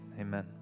Amen